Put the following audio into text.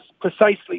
precisely